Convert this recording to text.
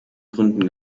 gründen